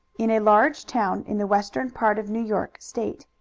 in a large town in the western part of new york state.